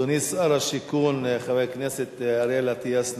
אדוני שר השיכון חבר הכנסת אריאל אטיאס,